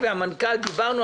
בפריפריה.